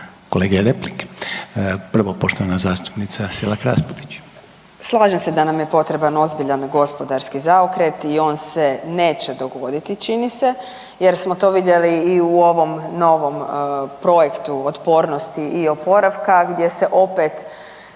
**Selak Raspudić, Marija (Nezavisni)** Slažem se da nam je potreban ozbiljan gospodarski zaokret i on se neće dogoditi čini se jer smo to vidjeli i u ovom novom projektu otpornosti i oporavka gdje se opet